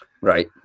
Right